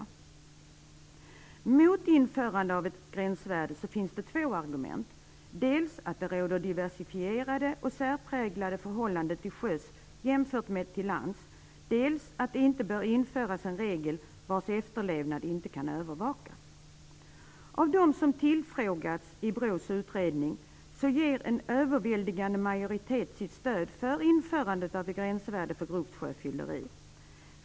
Mot införande av ett gränsvärde finns det två argument: dels att det råder diversifierade och särpräglade förhållanden till sjöss jämfört med till lands, dels att det inte bör införas en regel vars efterlevnad inte kan övervakas. Av dem som tillfrågats i BRÅ:s utredning ger en överväldigande majoritet sitt stöd för införandet av ett gränsvärde för grovt sjöfylleri.